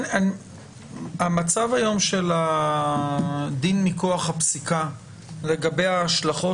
המצב היום של הדין מכוח הפסיקה לגבי ההשלכות